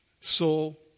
soul